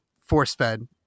force-fed